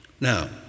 Now